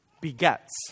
begets